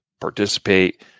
participate